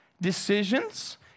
decisions